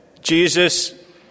Jesus